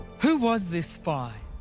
who was this spy?